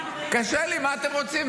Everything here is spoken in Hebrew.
קשה לי, מה אתם רוצים?